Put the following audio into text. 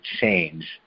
change